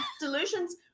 Delusions